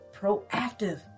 proactive